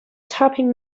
tapping